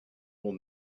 will